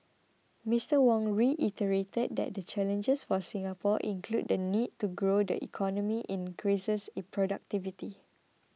Mr Wong reiterated that the challenges for Singapore include the need to grow the economy and increase its productivity